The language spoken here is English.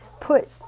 put